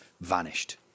vanished